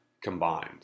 combined